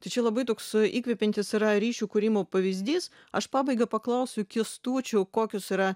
tai čia labai toks įkvepiantis yra ryšių kūrimo pavyzdys aš pabaigai paklausiu kęstučio kokios yra